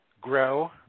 grow